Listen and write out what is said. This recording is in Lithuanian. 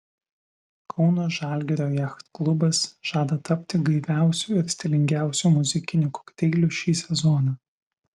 kauno žalgirio jachtklubas žada tapti gaiviausiu ir stilingiausiu muzikiniu kokteiliu šį sezoną